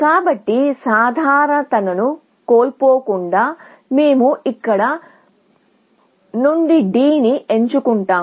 కాబట్టి సాధారణతను కోల్పోకుండా మేము ఇక్కడ నుండి D ని ఎంచుకుంటాము